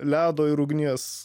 ledo ir ugnies